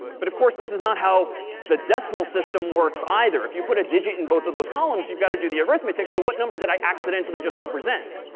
but of course this is not how the decimal system works either. if you put a digit in both of those columns, you've got to do the arithmetic. so what number did i accidentally just represent?